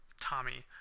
Tommy